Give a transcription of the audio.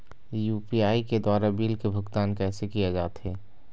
UPI के द्वारा bill के भुगतान कैसे किया जाथे?